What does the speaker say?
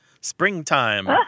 Springtime